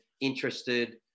interested